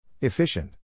Efficient